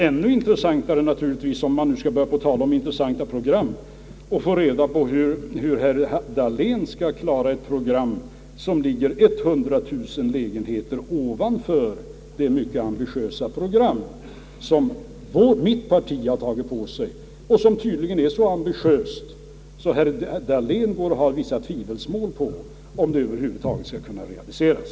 Ännu intressantare vore det naturligtvis — om man nu skall börja diskutera intressanta program — att få reda på hur herr Dahlén skall klara ett byggande som ligger 100 009 lägenheter ovanför det mycket ambitiösa program som mitt parti har tagit på sig — och som tydligen är så ambitiöst att herr Dahlén hyser vissa tvivel om huruvida det över huvud taget skall kunna realiseras.